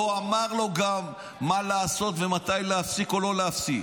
לא אמר לו גם מה לעשות ומתי להפסיק או לא להפסיק.